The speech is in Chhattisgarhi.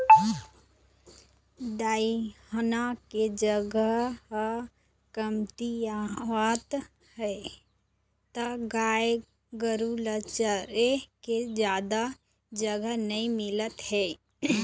दइहान के जघा ह कमतियावत हे त गाय गरूवा ल चरे के जादा जघा नइ मिलत हे